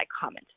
comment